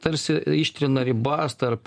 tarsi ištrina ribas tarp